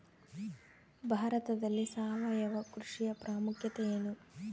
ಭಾರತದಲ್ಲಿ ಸಾವಯವ ಕೃಷಿಯ ಪ್ರಾಮುಖ್ಯತೆ ಎನು?